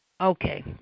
Okay